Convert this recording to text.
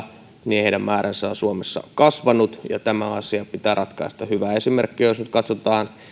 määrä on suomessa kasvanut ja tämä asia pitää ratkaista hyvä esimerkki jos nyt katsotaan tätä